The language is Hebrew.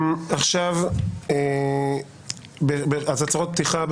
אם כן, הצהרות פתיחה.